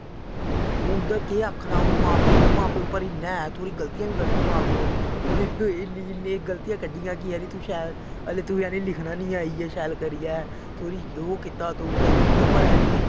उं'दा केह् आखना हून मां प्यो मां प्यो पर इन्ना ऐ थोह्ड़ी गल्तियां बी कड्डदे मां प्यो उ'नें इन्नी इन्नी गल्तियां कड्डियां कि जानी तूं शैल हाल्ली तुगी जानी लिखना निं आई ऐ शैल करियै थोह्ड़ी ओह् कीता तूं गल्त कीता पर हैनी